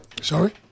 Sorry